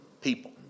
people